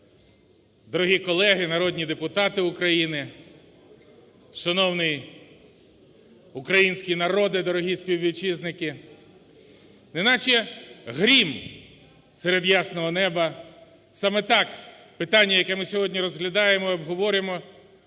Дорогі колеги народні депутати України! Шановний український народе, дорогі співвітчизники! Неначе грім серед ясного неба, саме так питання, яке ми сьогодні розглядаємо і обговорюємо,